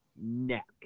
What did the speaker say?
neck